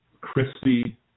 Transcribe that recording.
Christie